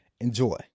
Enjoy